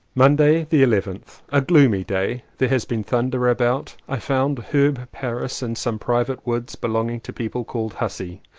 monday the eleventh. a gloomy day there has been thunder about. i found herb paris in some private woods belonging to people called hussey.